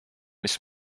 mis